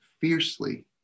fiercely